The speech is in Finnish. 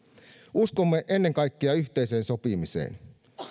uskomme ennen kaikkea yhteiseen sopimiseen